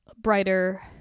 brighter